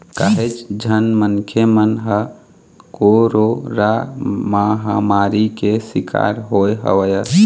काहेच झन मनखे मन ह कोरोरा महामारी के सिकार होय हवय